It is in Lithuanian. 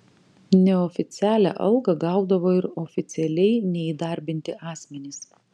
neoficialią algą gaudavo ir oficialiai neįdarbinti asmenys